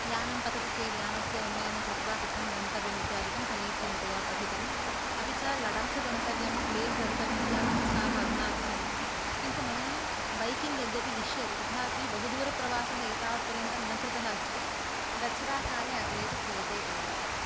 यानं पतति चेत् यानस्य उन्नयनं कृत्वा कथं गन्तव्यमित्यादिकं समीचीनतया पठितम् अपि च लडाख् गन्तव्यं लेह् गन्तव्यम् इत्यादि इच्छाः अधुनापि सन्ति किन्तु मया बैकिङ्ग् यद्यपि इष्यते तथापि बहुदूरप्रवासः एतावत् पर्यन्तं न कृतः अस्ति गच्छताकाले अग्रे तु क्रियते एव